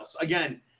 Again